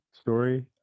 story